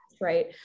Right